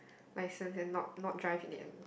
license not not drive in the end